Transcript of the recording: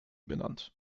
benannt